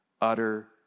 utter